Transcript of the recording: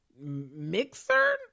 Mixer